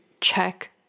check